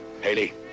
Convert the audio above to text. Haley